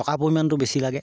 টকা পৰিমাণটো বেছি লাগে